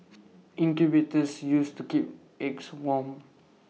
incubators used to keep eggs warm